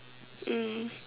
mm